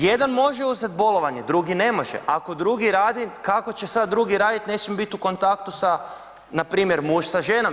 Jedan može uzet bolovanje, drugi ne može. ako drugi radi, kako će sad drugi radit, ne smije bit u kontaktu sa npr. muž sa ženom ili žena sa mužem.